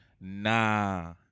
Nah